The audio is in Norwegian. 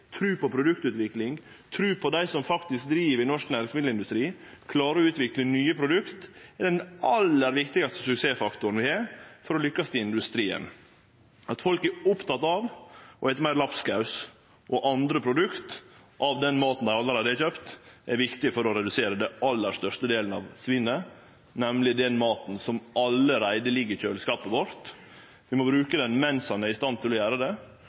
produktutvikling, ha tru på at dei som driv i norsk næringsmiddelindustri, klarer å utvikle nye produkt, er den aller viktigaste suksessfaktoren vi har for å lukkast i industrien. At folk er opptekne av å ete meir lapskaus og andre produkt av den maten dei allereie har kjøpt, er viktig for å redusere den aller største delen av svinnet, nemleg den maten som allereie ligg i kjøleskapet vårt. Vi må bruke han mens ein er i stand til å gjere det,